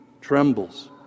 trembles